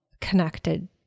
connected